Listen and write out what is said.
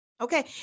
Okay